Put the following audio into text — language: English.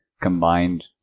combined